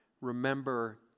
Remember